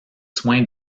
soins